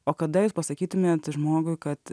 o kada jūs pasakytumėt žmogui kad